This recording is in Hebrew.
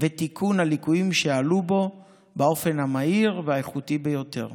ולתיקון הליקויים שעלו בו באופן המהיר והאיכותי ביותר.